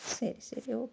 ശരി ശരി ഓക്കെ